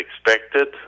expected